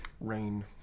Rain